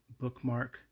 bookmark